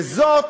וזאת